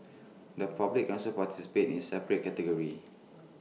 the public can also participate in A separate category